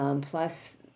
plus